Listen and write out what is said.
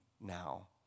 now